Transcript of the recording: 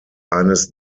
eines